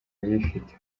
abafite